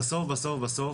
בסוף אנחנו